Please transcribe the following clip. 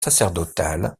sacerdotal